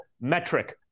metric